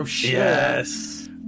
Yes